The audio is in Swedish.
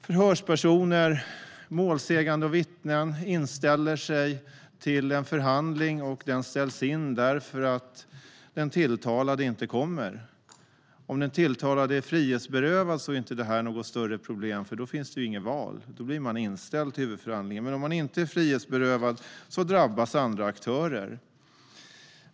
Förhörspersoner, målsägande och vittnen, inställer sig till en förhandling som sedan ställs in därför att den tilltalade inte kommer. Om den tilltalade är frihetsberövad är detta inte något större problem, eftersom det då inte finns något val för den tilltalade som måste inställa sig till huvudförhandlingen. Men om den tilltalade inte är frihetsberövad drabbas andra aktörer.